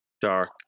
dark